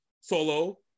Solo